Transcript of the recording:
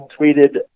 tweeted